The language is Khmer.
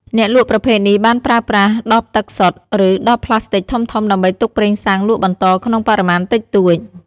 អ្នកលក់ប្រភេទនេះបានប្រើប្រាស់ដបទឹកសុទ្ធ ឬដបប្លាស្ទិកធំៗដើម្បីទុកប្រេងសាំងលក់បន្តក្នុងបរិមាណតិចតួច។